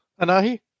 Anahi